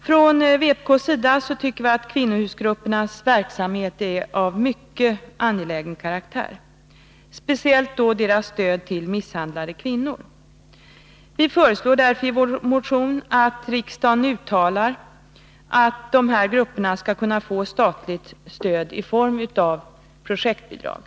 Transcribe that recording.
Från vpk:s sida tycker vi att kvinnohusgruppernas verksamhet är av mycket angelägen karaktär. Det gäller speciellt deras stöd till misshandlade kvinnor. Vi föreslår därför i vår motion att riksdagen uttalar att dessa kvinnohusgrupper skall kunna få statligt stöd i form av projektbidrag.